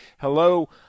Hello